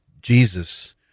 Jesus